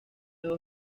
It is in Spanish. dos